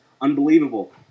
unbelievable